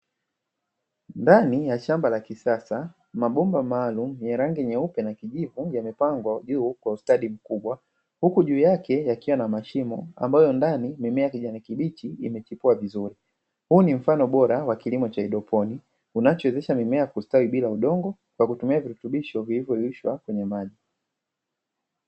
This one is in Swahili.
Ndani ya shamba la kisasa mabomba maalumu ya rangi nyeupe na kijivu yamepangwa juu kwa ustadi mkubwa huku juu yake yakiwa na mashimo ambayo ndani mimea ya kijani kibichi imechipua vizuri huu ni mfano bora wa kilimo cha haidroponi kinachowezesha mimea kustawi bila udongo kwa kutumia virutubisho vilivyoyeyushwa kwenye maji.